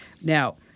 Now